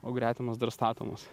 o gretimas dar statomas